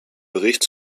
bericht